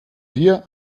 dir